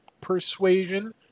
persuasion